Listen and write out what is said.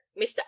Mr